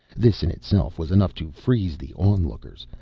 this in itself was enough to freeze the onlookers.